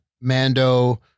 Mando